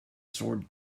sword